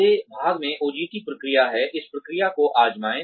अगले भाग में OJT प्रक्रिया है इस प्रक्रिया को आज़माए